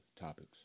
topics